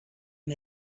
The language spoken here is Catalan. amb